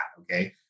Okay